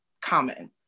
common